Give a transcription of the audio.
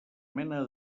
mena